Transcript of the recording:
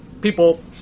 people